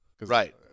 Right